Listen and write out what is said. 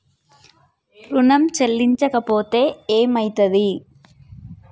ఋణం చెల్లించకపోతే ఏమయితది?